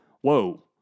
whoa